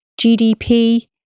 GDP